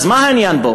אז מה העניין פה?